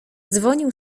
dzwonił